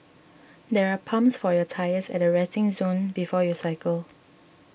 there are pumps for your tyres at the resting zone before you cycle